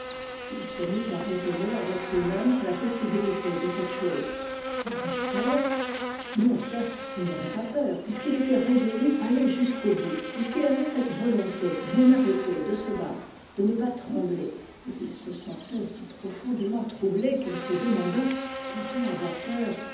ii se mit à raisonner avec lui-même sur la possibilité de cette chose aurais-je peur non certes il n'aurait pas peur puisqu'il était résolu à aller jusqu'au bout puisqu'il avait cette volonté bien arrêtée de se battre de ne pas trembler mais il se sentait si profondément troublé qu'il se demanda peut-on avoir peur